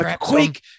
quick